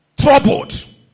troubled